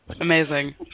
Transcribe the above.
Amazing